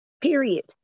Period